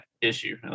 issue